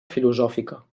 filosòfica